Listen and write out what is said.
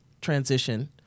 transition